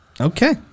Okay